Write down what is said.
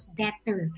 better